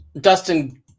Dustin